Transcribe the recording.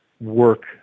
work